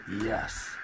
yes